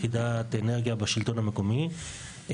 יחידת אנרגיה בשלטון המקומי.